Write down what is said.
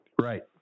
Right